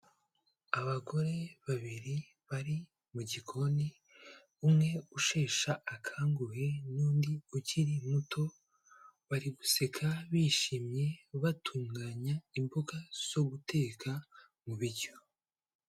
Abagore babiri bari mu gikoni umwe usheshe akanguhe n'undi ukiri muto, bari guseka bishimye batunganya imboga zo guteka mu biryo.